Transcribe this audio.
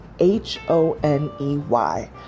H-O-N-E-Y